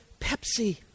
Pepsi